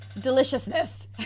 deliciousness